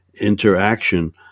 interaction